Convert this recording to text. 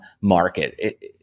market